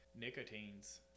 Nicotines